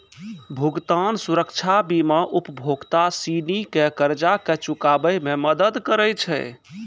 भुगतान सुरक्षा बीमा उपभोक्ता सिनी के कर्जा के चुकाबै मे मदद करै छै